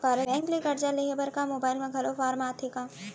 Bank ले करजा लेहे बर का मोबाइल म घलो फार्म आथे का?